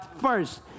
first